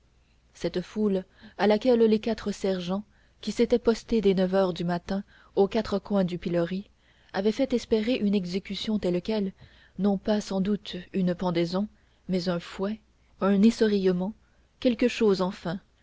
cette foule à laquelle les quatre sergents qui s'étaient postés dès neuf heures du matin aux quatre coins du pilori avaient fait espérer une exécution telle quelle non pas sans doute une pendaison mais un fouet un essorillement quelque chose enfin